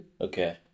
Okay